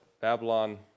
Babylon